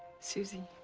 suzy,